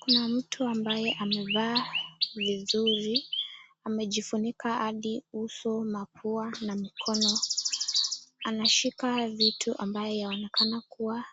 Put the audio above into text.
Kuna mtu ambaye amevaa vizuri amejifunika hadi uso, mapua na mikono. Anashika vitu ambaye yaonekana kuwa